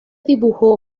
dibujó